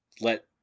Let